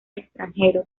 extranjero